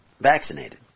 vaccinated